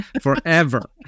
forever